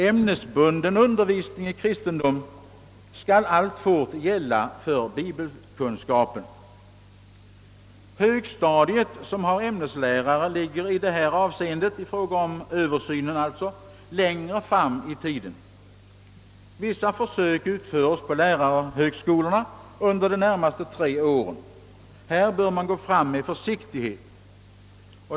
ämnesbunden un Högstadiet, som har ämneslärare, ligger i fråga om Översynen längre fram i tiden. Vissa försök utföres på lärarhögskolorna under de närmaste tre åren. Härvid bör man gå fram med försiktighet.